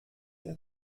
der